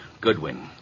Goodwin